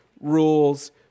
rules